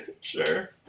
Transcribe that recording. Sure